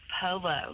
Polo